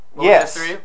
Yes